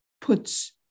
puts